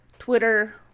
Twitter